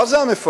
מה זה המפקדים?